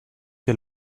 que